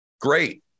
great